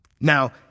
now